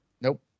Nope